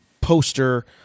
poster